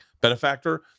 benefactor